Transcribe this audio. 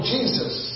Jesus